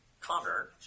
Connor